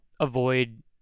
avoid